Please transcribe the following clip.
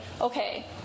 okay